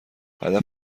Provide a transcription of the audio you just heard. هدف